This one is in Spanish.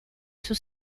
sus